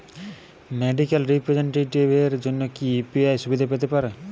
Medical রিপ্রেজন্টেটিভদের জন্য কি ইউ.পি.আই সুবিধা পেতে পারে?